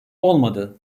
olmadı